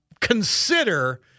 consider –